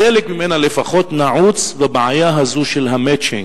חלק ממנה לפחות נעוץ בבעיה הזו של ה"מצ'ינג".